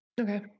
Okay